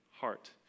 heart